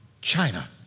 China